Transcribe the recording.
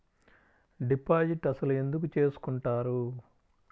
Deposit అసలు ఎందుకు చేసుకుంటారు?